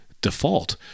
default